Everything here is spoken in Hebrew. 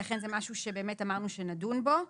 ולכן זה משהו שבאמת אמרנו שנדון בו.